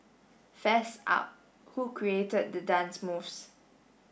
fess up who created the dance moves